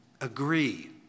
Agree